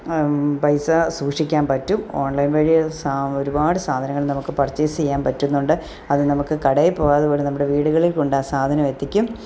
പൈസ സൂക്ഷിക്കാൻ പറ്റും ഓൺലൈൻ വഴി സാ ഒരുപാട് സാധനങ്ങൾ നമുക്ക് പർച്ചേസ് ചെയ്യാൻ പറ്റുന്നുണ്ട് അതു നമുക്ക് കടയിൽ പോകാതെ ഇവിടെ നമ്മുടെ വീടുകളിൽ കൊണ്ടാ സാധനം എത്തിക്കും